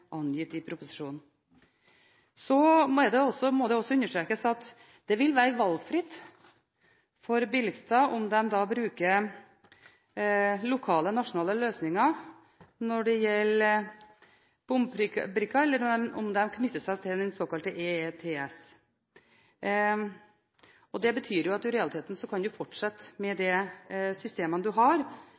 angitt i proposisjonen. Så må det også understrekes at det vil være valgfritt for bilister om de da bruker lokale eller nasjonale løsninger når det gjelder bombrikker, eller om de knytter seg til den såkalte EETS. Det betyr at man i realiteten kan fortsette med de systemene man har